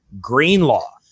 Greenlaw